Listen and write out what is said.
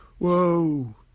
Whoa